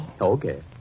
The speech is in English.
Okay